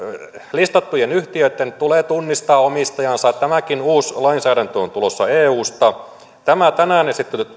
listattujen yhtiöitten tulee tunnistaa omistajansa tämäkin uusi lainsäädäntö on tulossa eusta tämä tänään